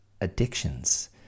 addictions